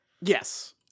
yes